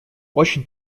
очень